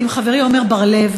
יחד עם חברי עמר בר-לב,